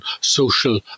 social